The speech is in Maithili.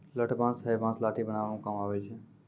लठ बांस हैय बांस लाठी बनावै म काम आबै छै